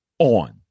on